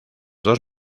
dos